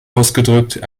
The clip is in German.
ausgedrückt